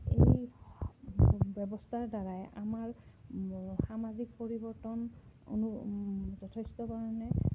এই ব্যৱস্থাৰ দ্বাৰাই আমাৰ সামাজিক পৰিৱৰ্তন যথেষ্ট কাৰণে